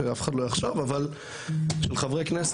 אבל זה צריך להיות כמו של חברי כנסת,